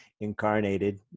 incarnated